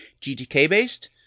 GTK-based